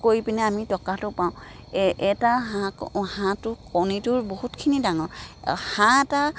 কৰি পিনে আমি টকাটো পাওঁ এটা হাঁহ হাঁহটো কণীটোৰ বহুতখিনি ডাঙৰ হাঁহ এটা